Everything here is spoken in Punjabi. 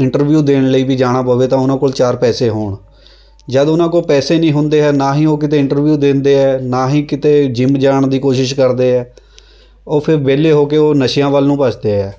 ਇੰਟਰਵਿਊ ਦੇਣ ਲਈ ਵੀ ਜਾਣਾ ਪਵੇ ਤਾਂ ਉਹਨਾਂ ਕੋਲ ਚਾਰ ਪੈਸੇ ਹੋਣ ਜਦ ਉਹਨਾਂ ਕੋਲ ਪੈਸੇ ਨਹੀਂ ਹੁੰਦੇ ਹੈ ਨਾ ਹੀ ਉਹ ਕਿਤੇ ਇੰਟਰਵਿਊ ਦਿੰਦੇ ਹੈ ਨਾ ਹੀ ਕਿਤੇ ਜਿੰਮ ਜਾਣ ਦੀ ਕੋਸ਼ਿਸ਼ ਕਰਦੇ ਹੈ ਉਹ ਫਿਰ ਵਿਹਲੇ ਹੋ ਕੇ ਉਹ ਨਸ਼ਿਆਂ ਵੱਲ ਨੂੰ ਭੱਜਦੇ ਹੈ